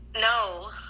No